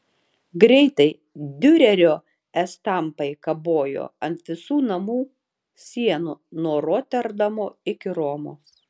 greitai diurerio estampai kabojo ant visų namų sienų nuo roterdamo iki romos